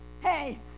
hey